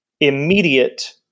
immediate